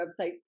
website